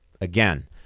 Again